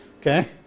Okay